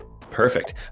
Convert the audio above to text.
Perfect